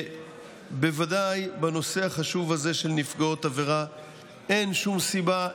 ובוודאי בנושא הזה של נפגעות עבירה אין שום סיבה,